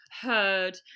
heard